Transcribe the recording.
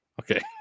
Okay